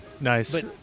Nice